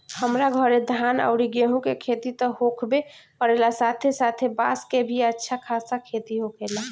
हमरा घरे धान अउरी गेंहू के खेती त होखबे करेला साथे साथे बांस के भी अच्छा खासा खेती होखेला